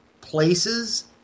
places